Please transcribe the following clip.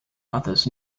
others